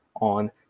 on